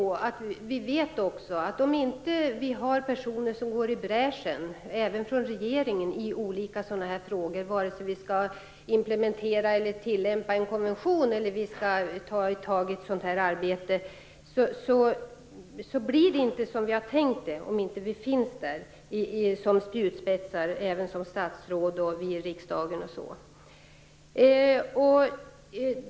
Vi vet också att om vi inte har personer som går i bräschen i olika sådana frågor, även från regeringen, vare sig vi skall implementera och tillämpa en konvention eller gripa oss an ett sådant arbete, blir det inte som vi har tänkt om vi inte finns där som spjutspetsar, även statsråd och vi i riksdagen.